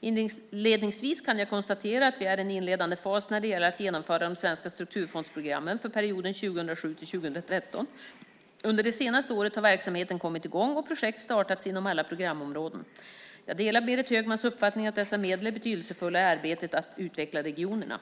Inledningsvis kan jag konstatera att vi är i en inledande fas när det gäller att genomföra de svenska strukturfondsprogrammen för perioden 2007-2013. Under det senaste året har verksamheten kommit i gång och projekt startats inom alla programområden. Jag delar Berit Högmans uppfattning att dessa medel är betydelsefulla i arbetet med att utveckla regionerna.